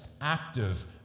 active